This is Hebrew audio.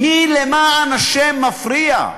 מי, למען השם, מפריע?